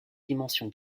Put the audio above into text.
dimension